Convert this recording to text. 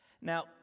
Now